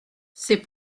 c’est